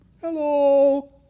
Hello